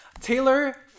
Taylor